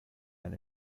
and